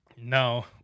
No